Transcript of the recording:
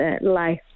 life